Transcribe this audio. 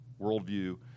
worldview